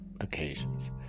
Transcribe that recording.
occasions